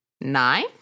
nine